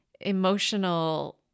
emotional